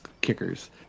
kickers